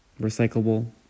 recyclable